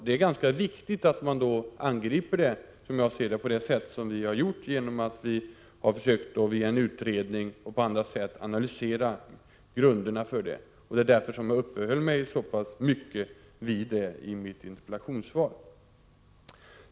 Det är då viktigt att angripa problemet på det sätt som vi har gjort när vi bl.a. genom en utredning har försökt analysera bakgrunden. Därför uppehöll jag mig så pass mycket vid detta i mitt interpellationssvar.